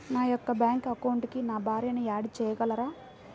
నా యొక్క బ్యాంక్ అకౌంట్కి నా భార్యని యాడ్ చేయగలరా?